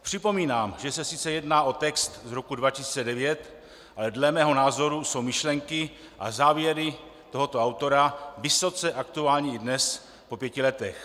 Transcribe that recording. Připomínám, že se sice jedná o text z roku 2009, ale dle mého názoru jsou myšlenky a závěry tohoto autora vysoce aktuální i dnes, po pěti letech.